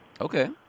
Okay